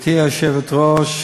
גברתי היושבת-ראש,